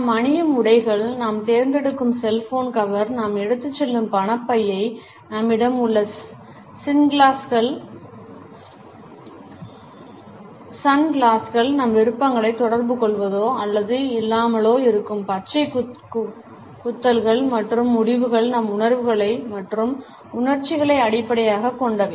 நாம் அணியும் உடைகள் நாம் தேர்ந்தெடுக்கும் செல்போன் கவர் நாம் எடுத்துச் செல்லும் பணப்பையை நம்மிடம் உள்ள சன்கிளாஸ்கள் நம் விருப்பங்களைத் தொடர்புகொள்வதோ அல்லது இல்லாமலோ இருக்கும் பச்சை குத்தல்கள் மற்றும் முடிவுகள் நம் உணர்வுகள் மற்றும் உணர்ச்சிகளை அடிப்படையாகக் கொண்டவை